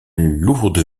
lourde